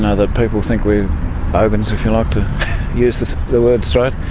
and that people think we're bogans, if you like, to use the word straight.